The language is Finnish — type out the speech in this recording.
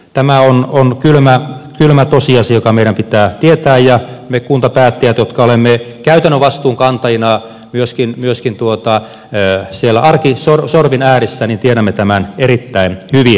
tämä on kylmä tosiasia joka meidän pitää tietää ja me kuntapäättäjät jotka olemme käytännön vastuunkantajina myöskin siellä arkisorvin ääressä tiedämme tämän erittäin hyvin